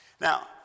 Now